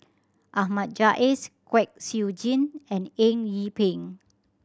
Ahmad Jais Kwek Siew Jin and Eng Yee Peng